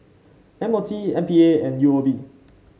M O T M P A and U O B